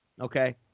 okay